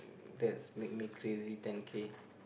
that's make me crazy ten K